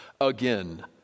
Again